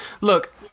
Look